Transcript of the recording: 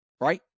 Right